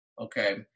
Okay